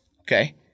okay